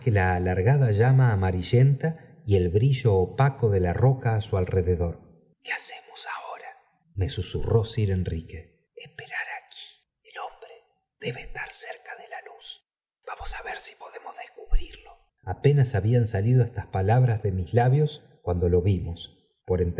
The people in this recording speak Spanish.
la alargada llama amarillenta y el brillo opaco de la roca á su alrededor qué hacemos ahora me susurró sir enrique esperar aquí el hombre debe estar cerca de la luz vamos á ver si podemos descubrirlo apenas habían salido estas palabras de mis labios cuando lo vimos por